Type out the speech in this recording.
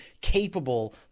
capable